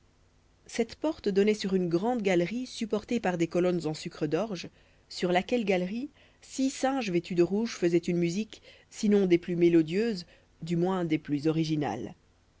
cette porte donnait sur une grande galerie supportée par des colonnes en sucre d'orge sur laquelle galerie six singes vêtus de rouge faisaient une musique sinon des plus mélodieuses du moins des plus originales